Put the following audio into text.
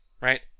right